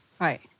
right